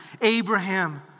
Abraham